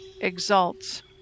exalts